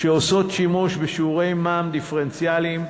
שעושות שימוש בשיעורי מע"מ דיפרנציאליים,